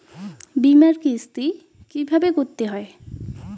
বিমার কিস্তি কিভাবে করতে হয়?